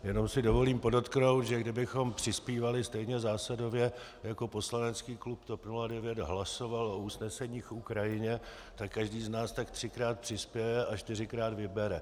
Jenom si dovolím podotknout, že kdybychom přispívali stejně zásadově, jako poslanecký klub TOP 09 hlasoval o usneseních k Ukrajině, tak každý z nás tak třikrát přispěje a čtyřikrát vybere.